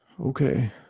Okay